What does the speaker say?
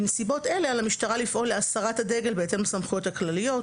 בנסיבות אלה המשטרה על המשטרה לפעול להסרת הדגל בהתאם לסמכויות הכלליות,